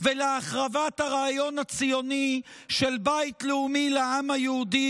ולהחרבת הרעיון הציוני של בית לאומי לעם היהודי